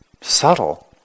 subtle